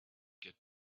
get